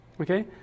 Okay